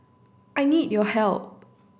I need your help